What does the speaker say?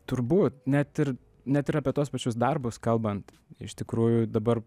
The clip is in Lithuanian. turbūt net ir net ir apie tuos pačius darbus kalbant iš tikrųjų dabar